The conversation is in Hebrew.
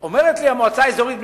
אומרת לי המועצה האזורית בני-שמעון,